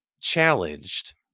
challenged